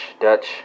Dutch